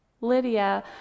Lydia